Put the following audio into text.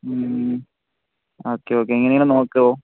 മ് okay okay എങ്ങനെയെങ്കിലും നോക്കാമോ